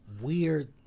weird